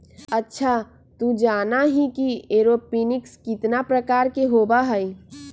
अच्छा तू जाना ही कि एरोपोनिक्स कितना प्रकार के होबा हई?